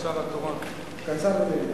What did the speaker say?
אדוני היושב-ראש,